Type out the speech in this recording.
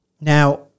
Now